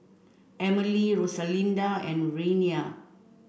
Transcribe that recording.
Emilee Rosalinda and Renea